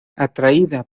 atraída